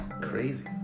Crazy